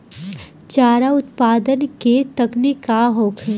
चारा उत्पादन के तकनीक का होखे?